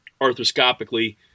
arthroscopically